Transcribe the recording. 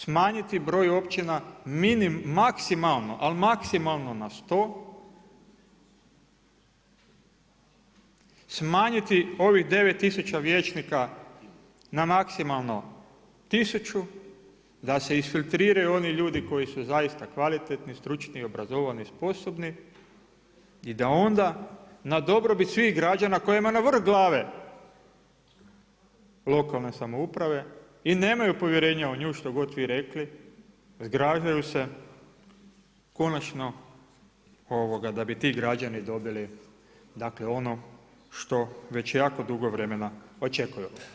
Smanjiti broj općina maksimalno ali maksimalno na 100, smanjiti ovih devet tisuća vijećnika na maksimalno tisuću da se isfiltriraju oni ljudi koji su zaista kvalitetni, stručni, obrazovani, sposobni i da onda na dobrobit svih građana kojima je na vrh glave lokalne samouprave i nemaju povjerenja u nju što god vi rekli, zgražaju se konačno da bi ti građani dobili ono što već jako dugo vremena očekuju.